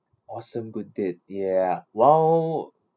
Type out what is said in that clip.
awesome good deed ya well